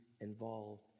involved